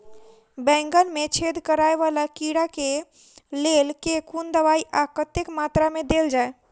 बैंगन मे छेद कराए वला कीड़ा केँ लेल केँ कुन दवाई आ कतेक मात्रा मे देल जाए?